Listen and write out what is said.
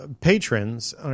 patrons